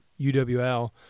uwl